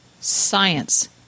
Science